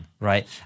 Right